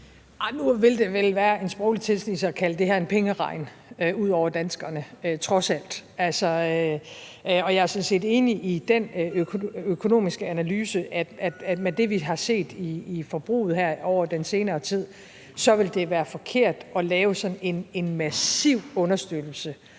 Nu vil det vel trods alt være en sproglig tilsnigelse at kalde det her en pengeregn over danskerne. Jeg er sådan set enig i den økonomiske analyse, at med det, vi har set i forbruget her over den senere tid, vil det være forkert at lave sådan en massiv understøttelse